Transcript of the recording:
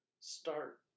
start